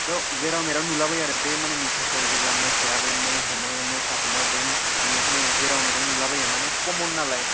बेव जेराव मेरावनो नुलाबायो आरो बे माने नुथाइखौ जेब्ला मोसाया मै हमो मोसा हमो बे हमनायखौ माने जेराव मेराव नो नुलाबायो माने कमन नालाय